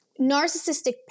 narcissistic